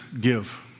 give